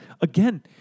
Again